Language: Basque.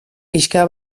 pixka